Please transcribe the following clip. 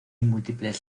múltiples